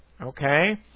Okay